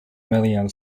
million